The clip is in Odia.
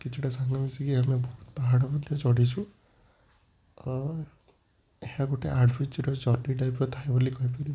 କିଛିଟା ସାଙ୍ଗ ମିଶିକି ଆମେ ପାହାଡ଼ ମଧ୍ୟ ଚଢ଼ିଛୁ ଏହା ଗୋଟେ ଆଡ଼ଭେଞ୍ଚର ଜର୍ଣ୍ଣି ଟାଇପର ଥାଏ ବୋଲି କହିପାରିବୁ